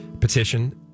petition